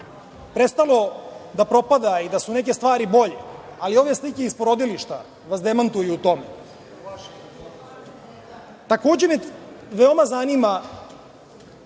prestalo da propada i da su neke stvari bolje, ali ove slike iz porodilišta vas demantuju u tome. Takođe me veoma zanima